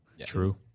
True